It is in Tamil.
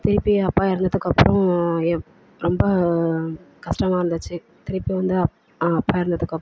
திருப்பி அப்பா இறந்ததக்கு அப்புறம் ஏப் ரொம்ப கஷ்டமாக இருந்துச்சு திருப்பி வந்து அப் அப்பா இறந்ததுக்கு அப்புறம்